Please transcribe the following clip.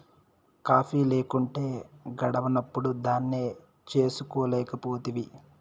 coffee లేకుంటే గడవనప్పుడు దాన్నే చేసుకోలేకపోతివి